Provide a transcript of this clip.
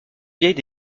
vieille